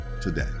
today